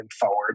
forward